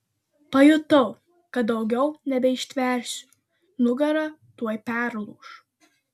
pajutau kad daugiau nebeištversiu nugara tuoj perlūš